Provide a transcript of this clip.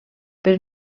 però